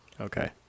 Okay